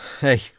Hey